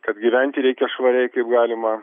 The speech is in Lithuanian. kad gyventi reikia švariai kaip galima